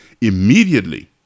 immediately